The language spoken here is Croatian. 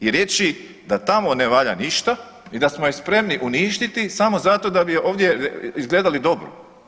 I reći da tamo ne valja ništa i da smo je spremni uništiti samo zato da bi je ovdje izgledali dobro.